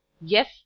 Yes